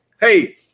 hey